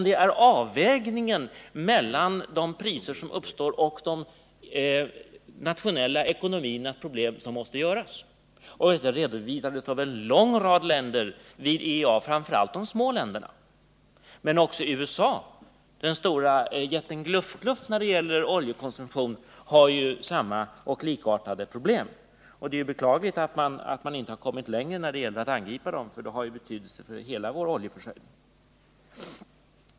Det är avvägningen mellan de priser som uppstår och de nationella ekonomiernas problem som måste göras. Detta redovisades av en lång rad länder, framför allt av de små länderna, vid IEA:s ministermöte. Men också USA, jätten Gluff-Gluff när det gäller oljekonsumtion, har ju likartade problem. Det är beklagligt att man inte har kommit längre när det gäller att angripa dem, då det har betydelse för hela vår oljeförsörjning.